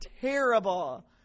terrible